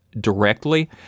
directly